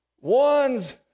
one's